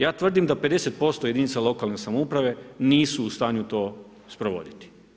Ja tvrdim da 50% jedinica lokalne samouprave nisu u stanju to sprovoditi.